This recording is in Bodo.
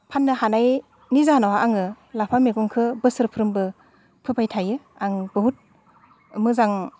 फाननो हानायनि जाहोनावहा आङो लाफा मैगंखो बोसोरफ्रोमबो फोबाय थायो आं बुहुद मोजां